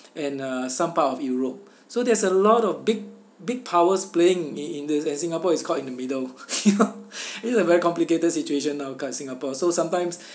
and uh some part of europe so there's a lot of big big powers playing i~ in this and singapore is caught in the middle you know it's a very complicated situation now for singapore so sometimes